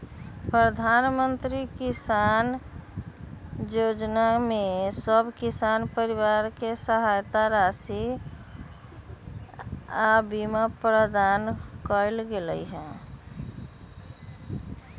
प्रधानमंत्री किसान जोजना में सभ किसान परिवार के सहायता राशि आऽ बीमा प्रदान कएल गेलई ह